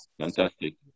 fantastic